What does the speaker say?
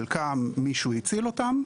חלקם מישהו הציל אותם.